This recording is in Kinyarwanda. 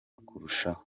kurushaho